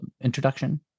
introduction